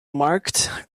marked